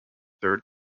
third